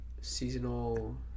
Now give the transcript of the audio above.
Seasonal